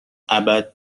ابد